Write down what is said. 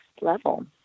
level